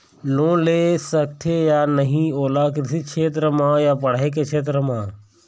Loan ले सकथे या नहीं ओला कृषि क्षेत्र मा या पढ़ई के क्षेत्र मा?